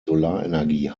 solarenergie